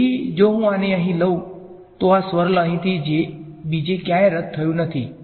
તેથી જો હું આને અહીં લઈ જાઉં તો આ સ્વર્લ અહીંથી બીજે ક્યાંય રદ થયું નથી